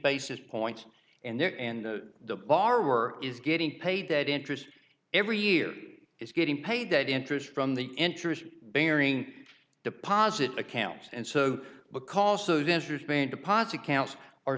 basis point in there and the bar we're is getting paid that interest every year is getting paid that interest from the interest bearing deposit account and so